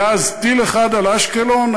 היה אז טיל אחד על אשקלון?